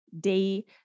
day